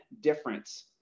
difference